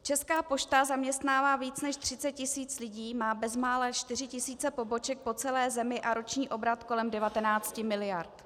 Česká pošta zaměstnává více než 30 tis. lidí, má bezmála 4 tis. poboček po celé zemi a roční obrat kolem 19 mld.